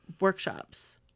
workshops